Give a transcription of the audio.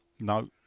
No